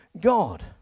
God